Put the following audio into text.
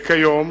וכיום,